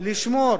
לשמור